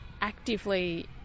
actively